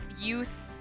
youth